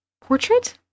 Portrait